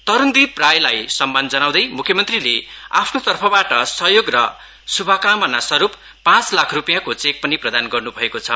तरूणदीप राईलाई सम्मान जनाउदै मुख्य मन्त्री तर्फबाट सहयोग र शुभकामना स्वरूप पाँच लाख रूपियाँको चेक पनि प्रदान गर्नुभएको छ